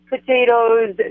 potatoes